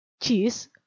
cheese